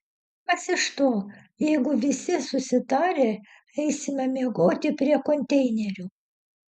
kas iš to jeigu visi susitarę eisime miegoti prie konteinerių